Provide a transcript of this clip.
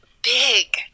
Big